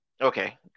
Okay